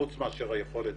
חוץ מאשר היכולת